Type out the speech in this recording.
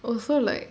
also like